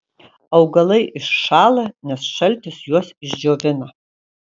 augalai iššąla nes šaltis juos išdžiovina